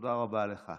תודה רבה לך.